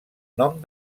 nom